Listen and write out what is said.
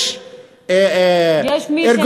יש מי ששייך למשפחת פשע ויש מי שלא.